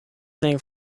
thing